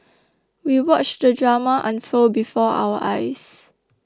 we watched the drama unfold before our eyes